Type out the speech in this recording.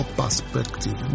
perspective